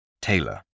Taylor